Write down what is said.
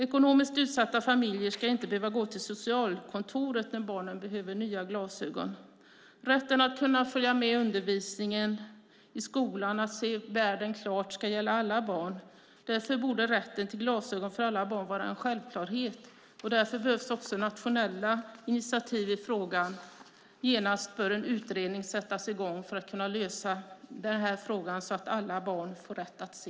Ekonomiskt utsatta familjer ska inte behöva gå till socialkontoret när barnen behöver nya glasögon. Rätten att följa med i undervisningen i skolan och att se världen klart ska gälla alla barn. Därför borde rätt till glasögon för alla barn vara en självklarhet. Därför behövs det också nationella initiativ i frågan. Genast bör en utredning sättas i gång för att kunna lösa frågan, så att alla barn får rätt att se.